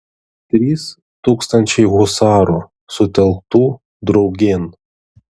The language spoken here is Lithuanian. trys tūkstančiai husarų sutelktų draugėn